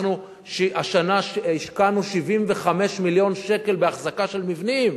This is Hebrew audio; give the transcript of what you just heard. אנחנו השקענו השנה 75 מיליון שקל באחזקת מבנים,